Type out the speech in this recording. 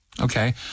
Okay